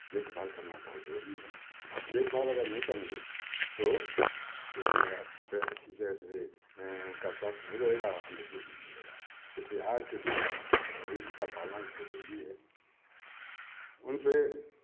देखभाल करना बहुत जरूरी है देख भाल अगर नहीं करेंगे तो कोई हमें अच्छी तरह उनका स्वास्थय नहीं रहेगा हमें दूध नहीं मिलेगा इसलिए आज के युग में मवेशी का पालना भी बहुत जरूरी है उनसे